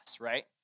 right